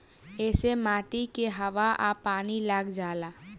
ऐसे माटी के हवा आ पानी लाग जाला